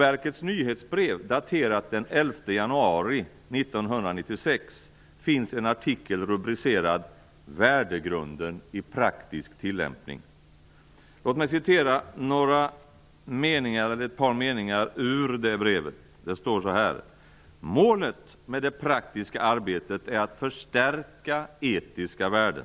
1996 finns en artikel rubricerad "Värdegrunden i praktisk tillämpning". Låt mig citera ett par meningar ur det brevet: "Målet med det praktiska arbetet är att förstärka etiska värden.